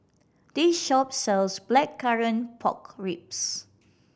this shop sells Blackcurrant Pork Ribs